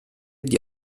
die